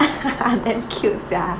damn cute sia